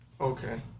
Okay